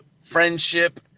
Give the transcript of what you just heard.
friendship